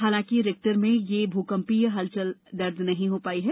हालांकि रिक्टर में यह भूकंपीय हलचल दर्ज नहीं हई है